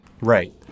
Right